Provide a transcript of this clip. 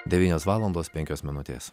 devynios valandos penkios minutės